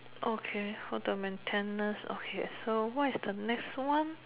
okay for the maintenance okay so what is the next one